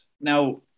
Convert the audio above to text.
Now